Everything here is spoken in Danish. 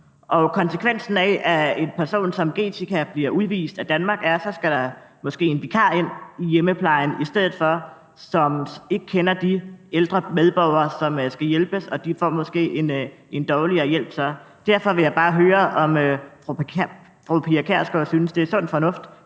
Og konsekvensen af, at en person som Geethika Brown bliver udvist af Danmark, er, at der så måske skal en vikar ind i hjemmeplejen i stedet for, der ikke kender de ældre medborgere, som skal hjælpes, og som så måske får en dårligere hjælp. Derfor vil jeg bare høre, om fru Pia Kjærsgaard synes, det er sund fornuft,